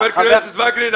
חבר הכנסת וקנין,